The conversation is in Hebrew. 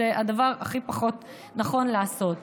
זה הדבר הכי פחות נכון לעשות.